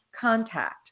contact